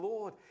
Lord